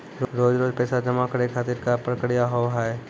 रोज रोज पैसा जमा करे खातिर का प्रक्रिया होव हेय?